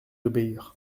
obéir